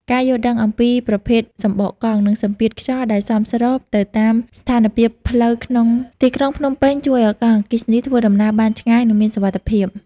ការយល់ដឹងអំពីប្រភេទសំបកកង់ និងសម្ពាធខ្យល់ដែលសមស្របទៅតាមស្ថានភាពផ្លូវក្នុងទីក្រុងភ្នំពេញ ជួយឱ្យកង់អគ្គិសនីធ្វើដំណើរបានឆ្ងាយ និងមានសុវត្ថិភាព។